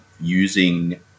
using